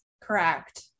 Correct